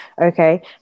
Okay